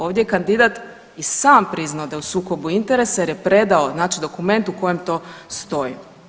Ovdje je kandidat i sam priznao da je u sukobu interesa jer je predao dokument u kojem to stoji.